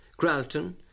Gralton